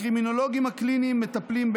הקרימינולוגים הקליניים מטפלים,